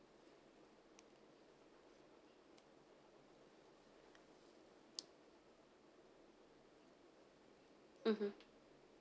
mmhmm